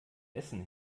essen